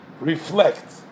reflect